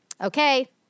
Okay